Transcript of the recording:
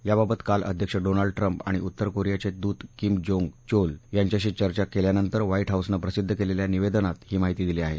याबाबत काल अध्यक्ष डोनाल्ड ट्रम्प आणि उत्तर कोरियाचे दूत किम योंग चोल यांच्याशी चर्चा केल्यानंतर व्हाईट हाऊसनं प्रसिद्ध केलेल्या निवेदनात ही माहिती दिली आहे